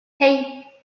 hey